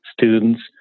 students